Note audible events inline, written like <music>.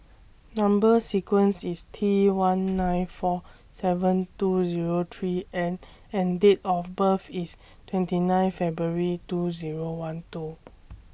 <noise> Number sequence IS T one <noise> nine four seven two Zero three N and Date of birth IS twenty nine February two Zero one two